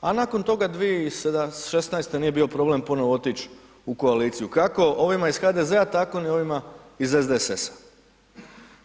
a nakon toga 2016. nije bio problem ponovno otići u koaliciju kao ovima iz HDZ-a tako ni ovima iz SDSS-a.